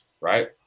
Right